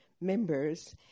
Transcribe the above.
members